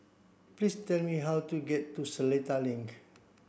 please tell me how to get to Seletar Link